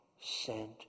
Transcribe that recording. sent